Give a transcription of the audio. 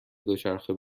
دوچرخه